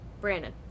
Brandon